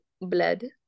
blood